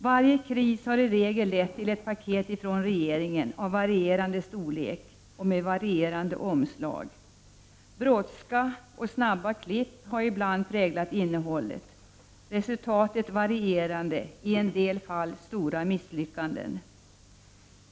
Varje kris har i regel lett till ett paket från regeringen av varierande storlek och med varierande omslag. Brådska och snabba klipp har ibland präglat innehållet. Resultatet har blivit olika. Ibland har det blivit stora misslyckanden.